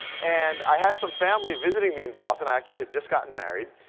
and i had some family visiting me in boston, i actually had just gotten married,